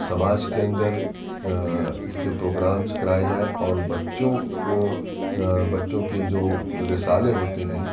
سماج کے اندر اس کے پروگرامز کرائے جائیں اور بچوں کو بچوں کے جو رسالے ہوتے ہیں